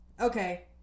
Okay